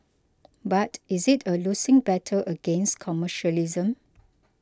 but is it a losing battle against commercialism